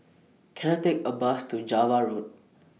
Can I Take A Bus to Java Road